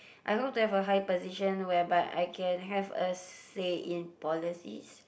I hope to have a higher position whereby I can have a say in policies